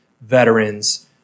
veterans